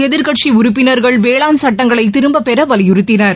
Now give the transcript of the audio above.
எதிர்க்கட்சி உறுப்பினர்கள் வேளாண் சட்டங்களை திரும்ப பெற வலியுறுத்தினர்